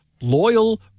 loyal